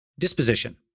Disposition